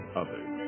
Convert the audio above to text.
others